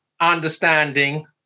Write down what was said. understanding